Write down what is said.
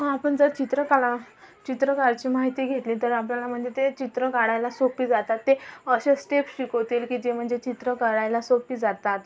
हा आपण जर चित्रकला चित्रकारची माहिती घेतली तर आपल्याला म्हणजे ते चित्र काढायला सोपी जातात ते असे स्टेप शिकवतील की जे म्हणजे चित्रं काढायला सोपी जातात